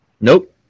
Nope